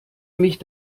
mich